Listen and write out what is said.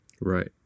Right